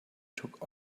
took